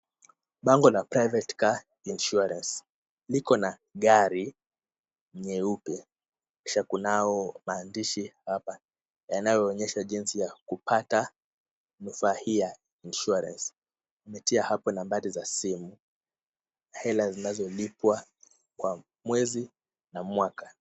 Bango la private car insurance liko na gari nyeupe kisha kunayo maandishi yanayoonyehsha jinsi ya kukata cover hii ya insurance . Wamepatiana hapo nambari ya simu na hela zinazolipwa kwa mwezi na mwaka.